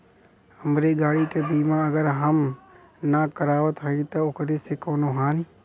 हमरे गाड़ी क बीमा अगर हम ना करावत हई त ओकर से कवनों हानि?